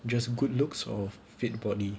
just good looks or fit body